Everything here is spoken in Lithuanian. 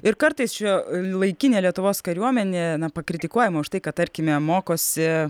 ir kartais šiuolaikinė lietuvos kariuomenė na pakritikuojama už tai kad tarkime mokosi